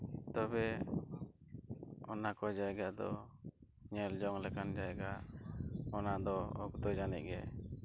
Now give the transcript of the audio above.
ᱛᱚᱵᱮ ᱚᱱᱟ ᱠᱚ ᱡᱟᱭᱜᱟ ᱫᱚ ᱧᱮᱞ ᱡᱚᱝ ᱞᱮᱠᱟᱱ ᱡᱟᱭᱜᱟ ᱚᱱᱟ ᱫᱚ ᱚᱠᱛᱚ ᱡᱟᱹᱱᱤᱡ ᱜᱮ